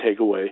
takeaway